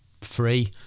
free